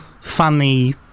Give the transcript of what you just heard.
funny